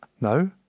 No